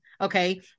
Okay